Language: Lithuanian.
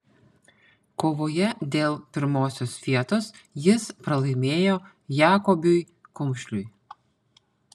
kovoje dėl pirmosios vietos jis pralaimėjo jakobiui kumšliui